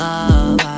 Love